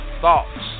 thoughts